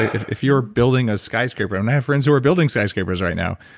if if you were building a skyscraper, and i have friends who are building skyscrapers right now,